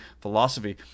philosophy